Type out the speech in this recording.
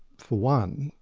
for one,